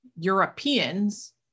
Europeans